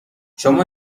شما